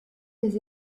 des